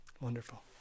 Wonderful